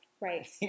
Right